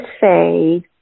say